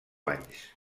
anys